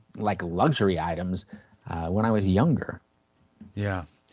like luxury items when i was younger yeah,